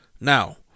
Now